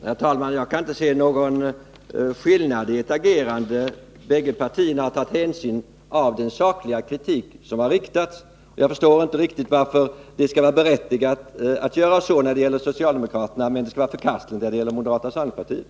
Herr talman! Jag kan inte se någon skillnad i agerandet. Bägge partierna har tagit hänsyn till den sakliga kritik som har riktats mot lagen. Jag förstår inte riktigt varför det skall vara berättigat att göra det när det gäller socialdemokraterna, men förkastligt när det gäller moderata samlingspartiet.